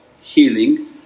healing